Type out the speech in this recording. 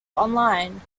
online